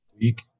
week